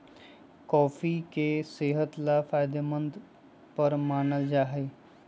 coffee के सेहत ला फायदेमंद पर मानल जाहई